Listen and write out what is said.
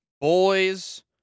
boys